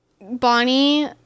Bonnie